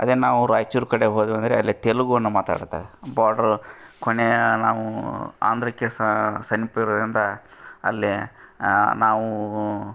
ಅದೆ ನಾವು ರಾಯ್ಚೂರ್ ಕಡೆ ಹೋದ್ವೂ ಅಂದರೆ ಅಲ್ಲಿ ತೆಲುಗು ಅನ್ನು ಮಾತಾಡ್ತಾರೆ ಬಾರ್ಡ್ರ್ ಕೊನೆಯ ನಾವು ಆಂಧ್ರಕ್ಕೆ ಸಮೀಪ ಇರೋದ್ರಿಂದ ಅಲ್ಲೇ ನಾವು